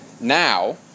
now